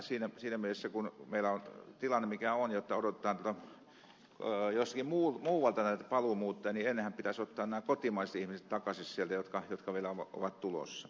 siinä mielessä kun meillä on tilanne mikä on jotta odotetaan tuolta jostakin muualta näitä paluumuuttajia niin ennenhän pitäisi ottaa nämä kotimaiset ihmiset takaisin sieltä jotka vielä ovat tulossa